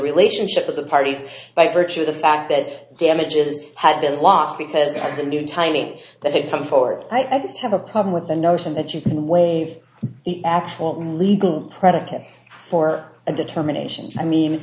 relationship of the parties by virtue of the fact that damages had been lost because of the new timing that had come forward i just have a problem with the notion that you can waive the actual legal predicate for a determination i mean